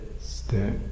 step